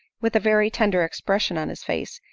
with a very tender expression on his face,